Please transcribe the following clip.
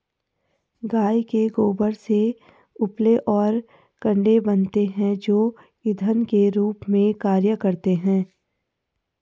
गाय के गोबर से उपले और कंडे बनते हैं जो इंधन के रूप में कार्य करते हैं